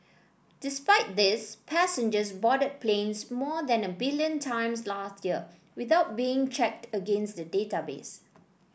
despite this passengers boarded planes more than a billion times last year without being checked against the database